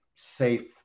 safe